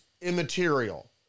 immaterial